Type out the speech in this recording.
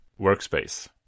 workspace